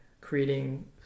creating